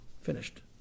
finished